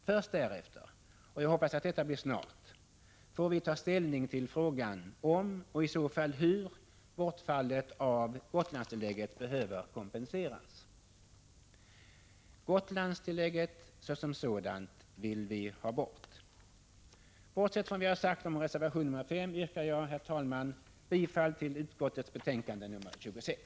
Först därefter — och jag hoppas att detta blir snart — får vi ta ställning till frågan om och i så fall hur bortfallet av Gotlandstillägget behöver kompenseras. Gotlandstillägget som sådant vill vi ha bort. Bortsett från vad jag sagt om reservation nr 5 yrkar jag, herr talman, bifall till utskottets hemställan.